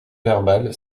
verbale